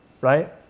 right